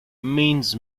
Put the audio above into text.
means